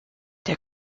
der